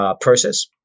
process